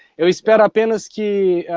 eu espero apenas que. ah.